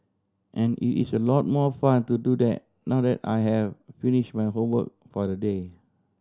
and it is a lot more fun to do that now that I have finish my homework for the day